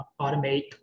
automate